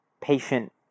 patient